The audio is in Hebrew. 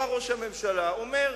בא ראש הממשלה, אומר: